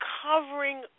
covering